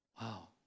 Wow